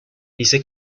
dice